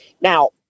Now